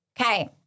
Okay